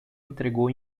entregou